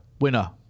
Winner